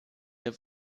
der